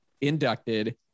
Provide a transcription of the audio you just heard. inducted